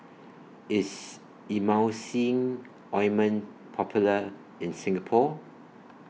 IS Emulsying Ointment Popular in Singapore